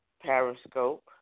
Periscope